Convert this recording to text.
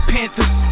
Panthers